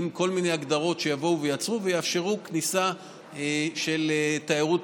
עם כל מיני הגדרות שיעצרו ויאפשרו כניסה של תיירות